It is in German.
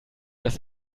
das